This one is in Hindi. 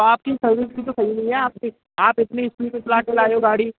तो आपकी सर्विस भी तो सही नहीं है आपकी आप इतनी ईस्पीड में चलाके लाए हो गाड़ी